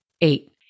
Eight